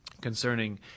concerning